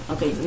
Okay